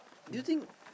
do you think